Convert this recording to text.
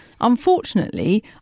unfortunately